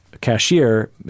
cashier